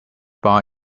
bar